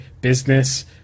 business